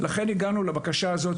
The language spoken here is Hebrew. לכן הגענו לבקשה הזאת.